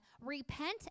Repent